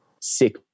sick